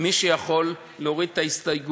מי שיכול, להוריד את ההסתייגויות,